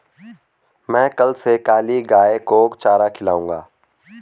मैं कल से काली गाय को चारा खिलाऊंगा